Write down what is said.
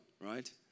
right